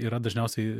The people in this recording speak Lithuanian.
yra dažniausiai